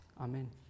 Amen